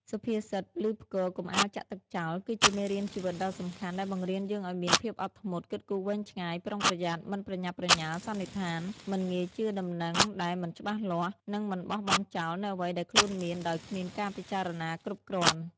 សុភាសិត "ឮផ្គរ កុំអាលចាក់ទឹកចោល" គឺជាមេរៀនជីវិតដ៏សំខាន់ ដែលបង្រៀនយើងឲ្យមាន ភាពអត់ធ្មត់ គិតគូរវែងឆ្ងាយ ប្រុងប្រយ័ត្ន មិនប្រញាប់ប្រញាល់សន្និដ្ឋាន មិនងាយជឿដំណឹងដែលមិនច្បាស់លាស់ និងមិនបោះបង់ចោលនូវអ្វីដែលខ្លួនមានដោយគ្មានការពិចារណាគ្រប់គ្រាន់។